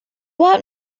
out